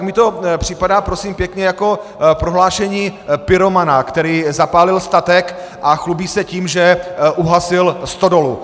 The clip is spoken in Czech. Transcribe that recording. Mně to připadá, prosím pěkně, jako prohlášení pyromana, který zapálil statek a chlubí se tím, že uhasil stodolu.